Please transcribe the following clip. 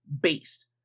based